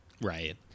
right